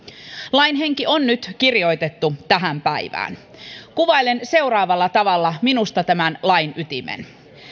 lain henki on nyt kirjoitettu tähän päivään kuvailen seuraavalla tavalla minusta tämän lain ytimen